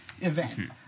event